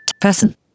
Person